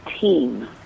team